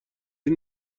این